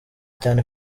cyane